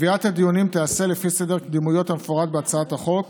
קביעת הדיונים תיעשה לפי סדר קדימויות המפורט בהצעת החוק.